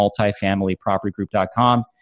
multifamilypropertygroup.com